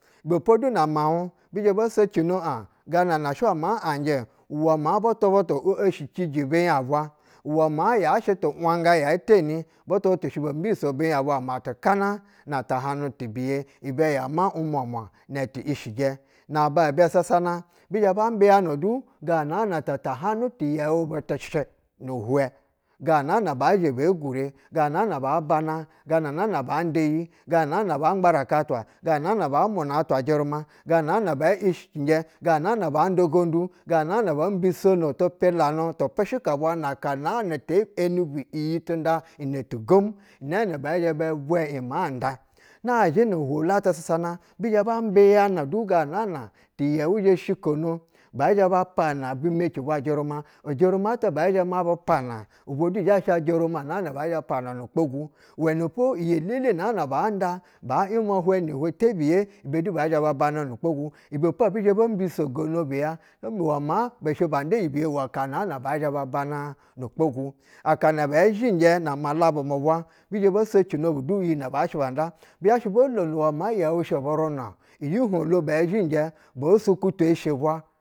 Ibɛpodu no miauɧ be eri bo sacina aɧ ganana sha ma aujɛ uwɛ maa butu butu eshiciji binya bwa uwɛ maa yashɛ tu wanga ye teyi butu butu shɛ bo mbiso bi nya bwa umatuka na na tahanu tibuje ibɛ ya ma um, ta na ti ci ti bɛ. na ba bɛ sasana yizhɛ ba mbiyana du gana nata tahanu ti yɛu butɛ shɛ ni hwɛ ga na na ba zha be gure, ga na na ba bana ganana banƌayi, gana na ba ɧgbarak twa, gana na ba muna atwa ujɛruma, ganana bɛ ishijɛ, ganana banƌa genƌu, gana na bo mbisono tipila nu tu pishika naka naa na te eni iyi ti nƌa inɛ tigom inɛɛ nɛ bɛ zhɛ bɛ zhɛ ya ma nda. Nazhɛ no hwohi ata sasana bi zhɛ ba nibiyana du ga na na ti yɛu bo shikono bɛzhɛ ba pana bi meci bwa jɛruma, ujɛruma ta bɛɛ zhɛ ma bu pana ubwa du zhɛ gha ujɛruwa nah na bɛ zhɛ pana nukpogu uwɛnɛpo iyi lele na ba nda ba yimwa hwɛ ni bɛ tebiye ibɛ du bɛzhɛ ba bana nu kpogu. ibɛpo ɛbi zhɛ bo mbisogon bu ya uwɛ maa bɛ shɛ banƌa iyi biye uwɛ aka naabɛɛ zhɛ ba bana nu kpgu. Akana bɛ zhinjɛ namalabu mu bwa bi zhɛ bo socino bu iyi nɛ bashɛ banda. Bu zhashɛ bolono uwɛ maa yɛu shɛ buruna-o. I yiɧ gashɛ bɛ zhinjɛ bo sukwuto eshe bwa.